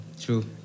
True